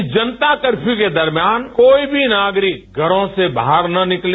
इस जनता कर्फ्यू के दौरान कोई भी नागरिक घरों से बाहर न निकले